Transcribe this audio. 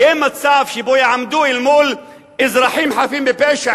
יהיה מצב שבו הם יעמדו אל מול אזרחים חפים מפשע,